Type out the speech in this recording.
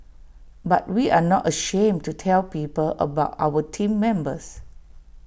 but we are not ashamed to tell people about our Team Members